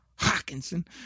Hawkinson